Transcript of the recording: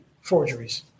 forgeries